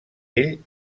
ell